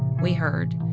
we heard,